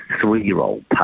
three-year-old